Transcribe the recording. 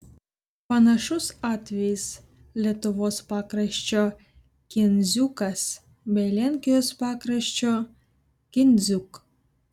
panašus atvejis lietuvos pakraščio kindziukas bei lenkijos pakraščio kindziuk